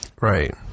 Right